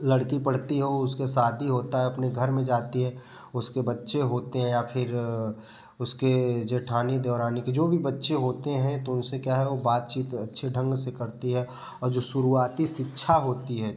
लड़की पढ़ती है वो उसके शादी होता है अपने घर में जाती है उसके बच्चे होते हैं या फिर उसके जेठानी देवरानी के जो भी बच्चे होते हैं तो उनसे क्या है वो बातचीत अच्छे ढंग से करती है और जो शुरुआती शिक्षा होती है